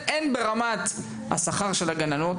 הן ברמת השכר של הגננות,